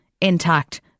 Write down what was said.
intact